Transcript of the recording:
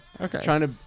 Okay